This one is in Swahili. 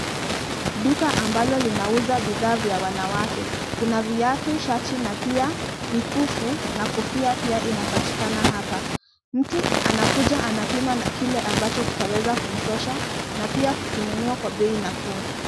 Duka ambalo linauza bidhaa vya wanawake, kuna viatu, shati, na pia mikufu, na kofia pia inapatikana hapa. Mtu anakuja anapima kile ambacho kitaweza kumtosha, na pia kukinunua kwa bei nafuu.